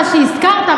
אני מודה לך שהזכרת,